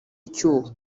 icyuho